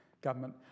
government